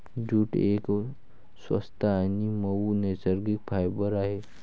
jute एक स्वस्त आणि मऊ नैसर्गिक फायबर आहे